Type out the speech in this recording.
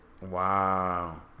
Wow